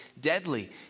deadly